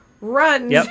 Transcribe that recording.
Run